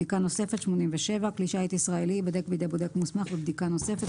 87.בדיקה נוספת כלי שיט ישראלי ייבדק בידי בודק מוסמך בבדיקה נוספת,